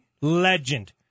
legend